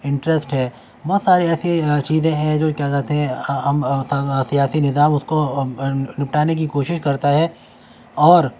interest ہے بہت سارے ایسی چیزیں ہیں جو کیا کہتے ہیں ہم سیاسی نظام اس کو نپٹانے کی کوشش کرتا ہے اور